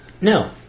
No